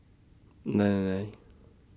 nine nine nine